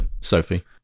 sophie